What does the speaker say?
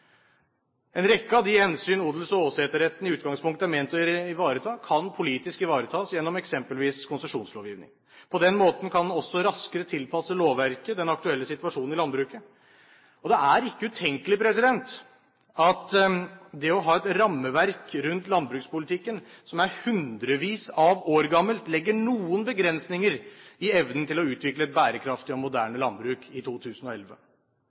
En rekke av de hensyn odels- og åsetesretten i utgangspunktet er ment å ivareta, kan politisk ivaretas gjennom eksempelvis konsesjonslovgivning. På den måten kan en også raskere tilpasse lovverket den aktuelle situasjonen i landbruket. Det er ikke utenkelig at det å ha et rammeverk rundt landbrukspolitikken som er hundrevis av år gammelt, legger noen begrensninger i evnen til å utvikle et bærekraftig og moderne landbruk i 2011.